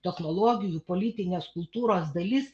technologijų politinės kultūros dalis